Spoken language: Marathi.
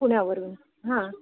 पुण्यावरून हां